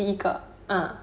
第一个 ah